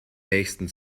nächsten